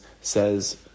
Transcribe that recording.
says